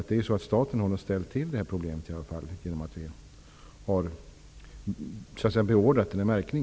Det är staten som har ställt till detta problem genom att man så att säga har beordrat denna märkning.